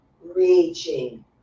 Reaching